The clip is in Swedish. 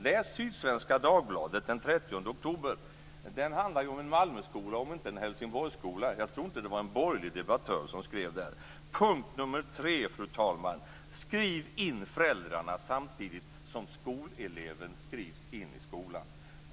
Läs Sydsvenska Dagbladet från den 30 oktober! Där står det om en Malmöskola - och inte en Helsinborgsskola - och jag tror inte att det var en borgerlig debattör som skrev den artikeln. Punkt nr 3: Skriv in föräldrarna samtidigt som skoleleven skrivs in i skolan!